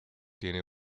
tiene